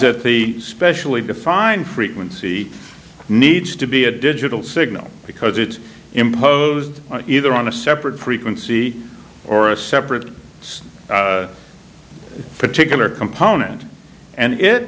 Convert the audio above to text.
that the specially defined frequency needs to be a digital signal because it's imposed either on a separate frequency or a separate particular component and it